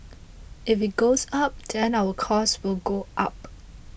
if it goes up then our cost will go up